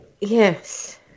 Yes